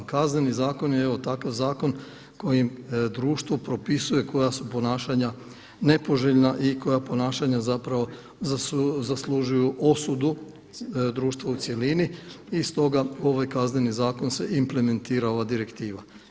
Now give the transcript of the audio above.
Kazneni zakon je evo takav zakon kojim društvo propisuje koja su ponašanja nepoželjna i koja ponašanja zapravo zaslužuju osudu društva u cjelini i stoga u ovaj Kazneni zakon se implementira ova direktiva.